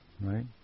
right